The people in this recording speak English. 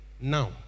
now